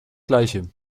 gleiche